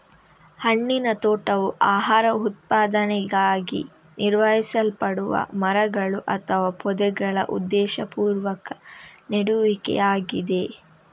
ಹಣ್ಣಿನ ತೋಟವು ಆಹಾರ ಉತ್ಪಾದನೆಗಾಗಿ ನಿರ್ವಹಿಸಲ್ಪಡುವ ಮರಗಳು ಅಥವಾ ಪೊದೆಗಳ ಉದ್ದೇಶಪೂರ್ವಕ ನೆಡುವಿಕೆಯಾಗಿದೆ